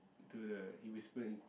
to the he whisper in